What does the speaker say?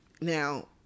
Now